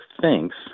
thinks